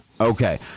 Okay